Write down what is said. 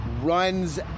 runs